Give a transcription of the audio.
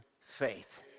faith